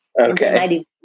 okay